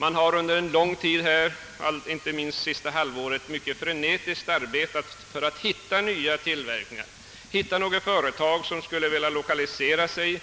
Den har under lång tid, och inte minst under det senaste halvåret, frenetiskt arbetat för att finna nya tillverkningar och nya företag som skulle vilja lokaliseras i